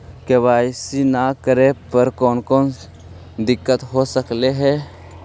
KYC न करे पर कौन कौन दिक्कत हो सकले हे?